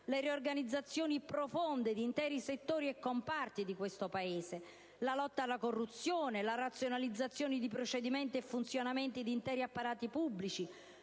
le riorganizzazioni profonde di interi settori e comparti di questo Paese, la lotta alla corruzione, la razionalizzazione di procedimenti e funzionamenti di interi apparati pubblici?